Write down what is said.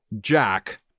Jack